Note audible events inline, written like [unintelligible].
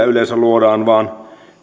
[unintelligible] yleensä luodaan vain